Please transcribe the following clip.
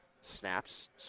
snaps